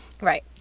right